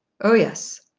oh, yes.